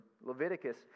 Leviticus